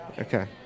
Okay